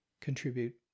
contribute